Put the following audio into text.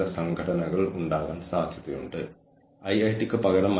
അതിനാൽ സംഘടനകൾക്ക് തുറന്ന സംവിധാനമാണെന്ന് നമ്മൾക്ക് തോന്നുന്നു